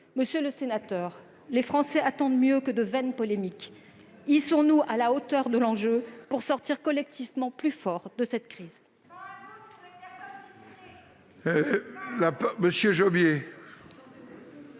Monsieur le sénateur, les Français attendent mieux que de vaines polémiques. Hissons-nous à la hauteur de l'enjeu pour sortir collectivement plus forts de cette crise.